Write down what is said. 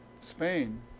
Spain